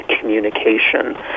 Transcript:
communication